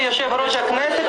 --- יושב-ראש הכנסת.